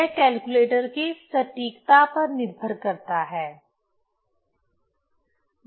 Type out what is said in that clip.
यह कैलकुलेटर की सटीकता पर निर्भर करता है